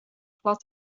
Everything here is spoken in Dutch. glad